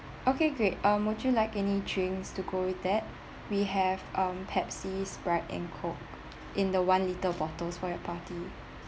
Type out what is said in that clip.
okay great um would you like any drinks to go with that we have um Pepsi Sprite and coke in the one litre bottles for your party